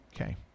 Okay